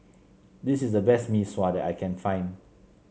this is the best Mee Sua that I can find